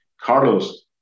Carlos